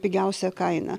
pigiausia kaina